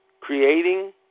creating